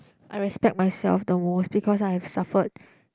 I respect myself the most because I have suffered